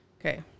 Okay